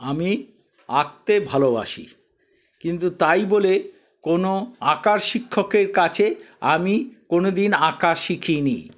আমি আঁকতে ভালোবাসি কিন্তু তাই বলে কোনো আঁকার শিক্ষকের কাছে আমি কোনো দিন আঁকা শিখিনি